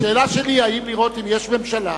השאלה שלי, האם לראות אם יש ממשלה?